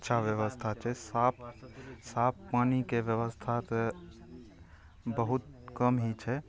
अच्छा बैबस्था छै साफ साफ पानीके व्यवस्था तऽ बहुत कम ही छै